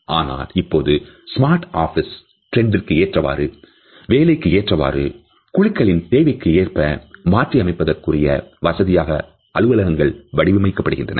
ஆனால் இப்பொழுது smart office ட்ரெண்ட்க்கு ஏற்றவாறு வேலைக்கு ஏற்றவாறு குழுக்களில் தேவைக்கேற்ப மாற்றியமைப்பதற்கு வசதியாக வடிவமைக்கின்றன